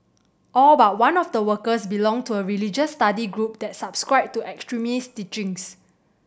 all but one of the workers belonged to a religious study group that subscribed to extremist teachings